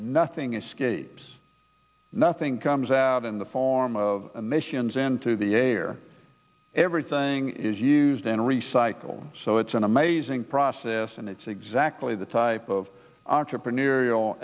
nothing escapes nothing comes out in the form of emissions into the air everything is used in recycle so it's an amazing process and it's exactly the type of entrepreneurial